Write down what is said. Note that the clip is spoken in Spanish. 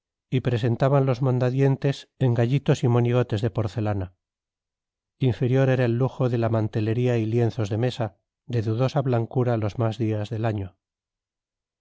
y presentaban los mondadientes en gallitos y monigotes de porcelana inferior era el lujo en la mantelería y lienzos de mesa de dudosa blancura los más días del año